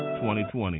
2020